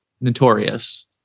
notorious